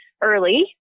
early